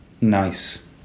nice